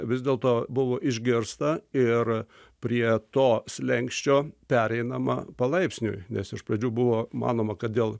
vis dėlto buvo išgirsta ir prie to slenksčio pereinama palaipsniui nes iš pradžių buvo manoma kad dėl